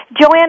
Joanne